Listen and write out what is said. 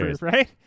right